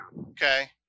Okay